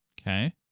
Okay